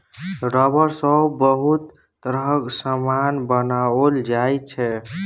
rubber सँ बहुत तरहक समान बनाओल जाइ छै